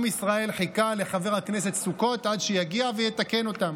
עם ישראל חיכה לחבר הכנסת סוכות עד שיגיע ויתקן אותם.